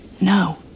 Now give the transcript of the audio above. No